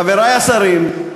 חברי השרים,